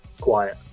quiet